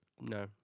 no